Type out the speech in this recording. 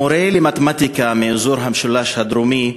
מורה למתמטיקה מאזור המשולש הדרומי,